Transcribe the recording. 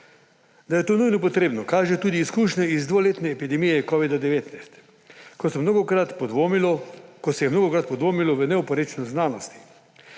Da je to nujno potrebno, kažejo tudi izkušnje iz dvoletne epidemije covida-19, ko so je mnogokrat podvomilo v neoporečnost znanosti.